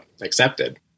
accepted